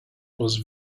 was